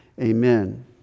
Amen